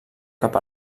cap